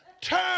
Turn